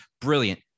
Brilliant